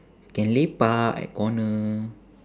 can lepak at corner